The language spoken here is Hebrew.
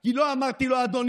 כי לא אמרתי לו "אדוני",